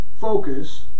focus